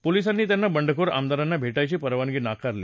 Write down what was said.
पोलिसांनी त्यांना बंडखोर आमदारांना भेटायची परवानगी नाकारली